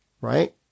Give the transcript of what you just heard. Right